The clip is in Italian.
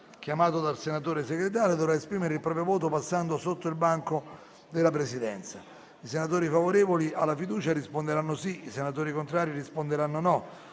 chiamato dal senatore Segretario dovrà esprimere il proprio voto passando innanzi al banco della Presidenza. I senatori favorevoli alla fiducia risponderanno sì; i senatori contrari risponderanno no;